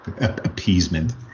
appeasement